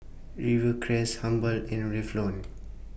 Rivercrest Habhal and Revlon